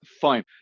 fine